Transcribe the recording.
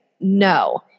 no